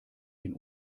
den